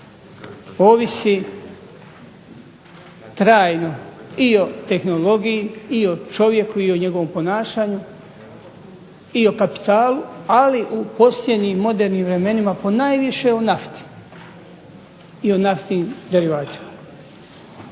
ovisi trajno i o tehnologiji i o čovjeku i o njegovom ponašanju i o kapitalu, ali u posljednjim modernim vremenima ponajviše o nafti i o naftnim derivatima.